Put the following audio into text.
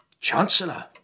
Chancellor